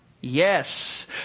Yes